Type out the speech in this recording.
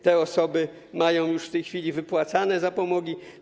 Te osoby mają już w tej chwili wypłacane zapomogi.